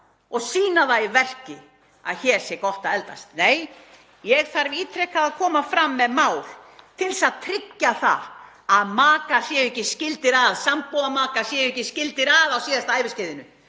og sýna það í verki að hér sé gott að eldast — nei, ég þarf ítrekað að koma fram með mál til að tryggja það að makar séu ekki skildir að, sambúðarmakar séu ekki skildir að á síðasta æviskeiðinu,